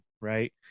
right